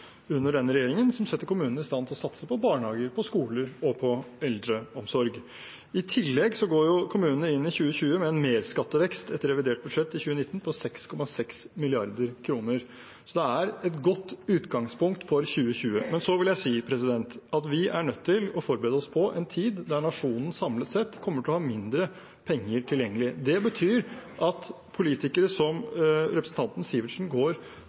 under denne regjeringen, som setter kommunene i stand til å satse på barnehager, på skoler og på eldreomsorg. I tillegg går kommunene inn i 2020 med en merskattevekst etter revidert budsjett i 2019 på 6,6 mrd. kr. Det er et godt utgangspunkt for 2020. Så vil jeg si at vi er nødt til å forberede oss på en tid da nasjonen samlet sett kommer til å ha mindre penger tilgjengelig. Det betyr at politikere som representanten Sivertsen går